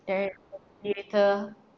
there is a theatre